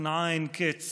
בהכנעה אין-קץ